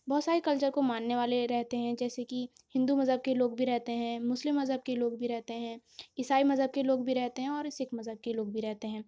بہت سارے کلچر کو ماننے والے رہتے ہیں جیسے کہ ہندو مذہب کے لوگ بھی رہتے ہیں مسلم مذہب کے لوگ بھی رہتے ہیں عیسائی مذہب کے لوگ بھی رہتے ہیں اور سکھ مذہب کے لوگ بھی رہتے ہیں